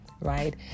right